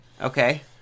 Okay